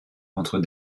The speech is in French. contre